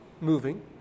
moving